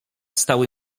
stały